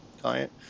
client